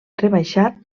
rebaixat